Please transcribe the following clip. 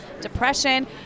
depression